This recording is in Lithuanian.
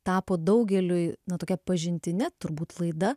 tapo daugeliui nu tokia pažintine turbūt laida